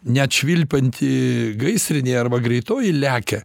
net švilpianti gaisrinėje arba greitoji lekia